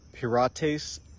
Pirates